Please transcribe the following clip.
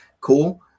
cool